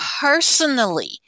personally